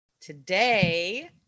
Today